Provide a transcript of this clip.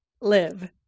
Live